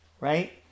right